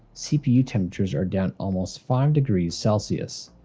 cpu temperatures are down almost five degrees celsius.